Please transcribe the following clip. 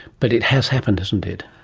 but it has happened, hasn't it.